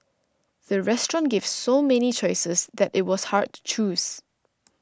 the restaurant gave so many choices that it was hard to choose